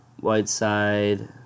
Whiteside